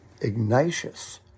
Ignatius